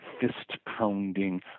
fist-pounding